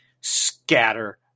scatter